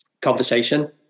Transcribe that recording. conversation